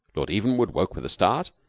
lord evenwood woke with a start,